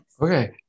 Okay